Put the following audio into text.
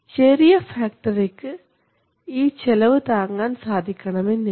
ചെറിയ ഫാക്ടറിക്ക് ഈ ചെലവ് താങ്ങാൻ സാധിക്കണമെന്നില്ല